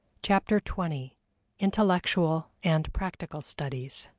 chapter twenty intellectual and practical studies